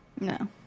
No